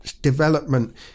development